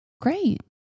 Great